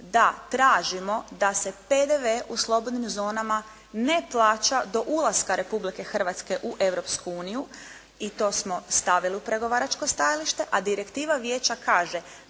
da tražimo da se PDV u slobodnim zonama ne plaća do ulaska Republike Hrvatske u Europsku uniju i to smo stavili u pregovaračko stajalište. A Direktiva Vijeća kaže